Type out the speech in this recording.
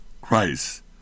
Christ